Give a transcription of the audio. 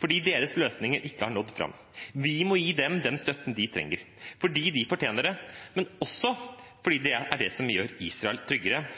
fordi deres løsninger ikke har nådd fram. Vi må gi dem den støtten de trenger – fordi de fortjener det, men også fordi det er det som gjør Israel tryggere